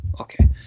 okay